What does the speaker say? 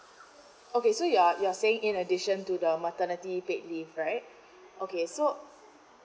okay so you're you're saying in addition to the maternity paid leave right okay so